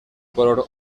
color